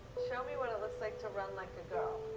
show me what it looks like to run like a girl.